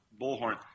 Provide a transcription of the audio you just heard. bullhorn –